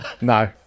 No